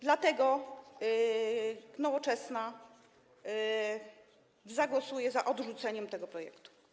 Dlatego Nowoczesna zagłosuje za odrzuceniem tego projektu.